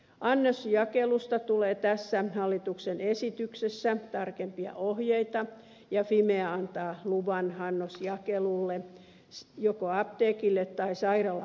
annosjakelusta tulee tässä hallituksen esityksessä tarkempia ohjeita ja fimea antaa luvan annosjakelulle joko apteekille tai sairaala apteekille